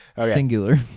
Singular